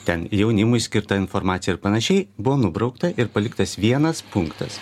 ten jaunimui skirta informacija ir panašiai buvo nubraukta ir paliktas vienas punktas